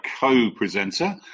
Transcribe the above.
co-presenter